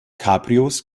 cabrios